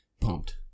pumped